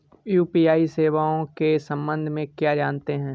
UPI सेवाओं के संबंध में क्या जानते हैं?